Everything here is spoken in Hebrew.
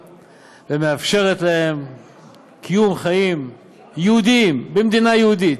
ומאפשרת להם קיום חיים יהודיים במדינה יהודית.